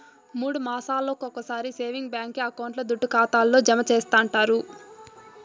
మూడు మాసాలొకొకసారి సేవింగ్స్ బాంకీ అకౌంట్ల దుడ్డు ఖాతాల్లో జమా చేస్తండారు